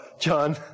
John